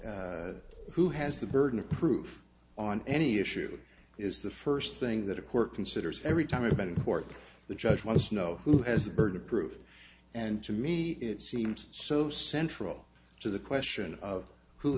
the who has the burden of proof on any issue is the first thing that a court considers every time you've been court the judge wants to know who has the burden of proof and to me it seems so central to the question of who